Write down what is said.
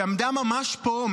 שעמדה ממש פה,